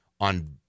on